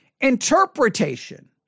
interpretation